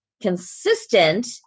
consistent